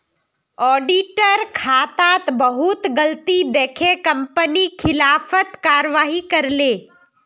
auditor खातात बहुत गलती दखे कंपनी खिलाफत कारवाही करले